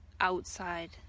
outside